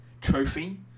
trophy